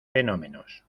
fenómenos